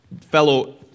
fellow